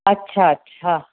अछा अछा